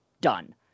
done